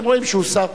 אתם רואים שהוא שר.